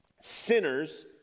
Sinners